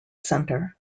center